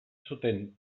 zuten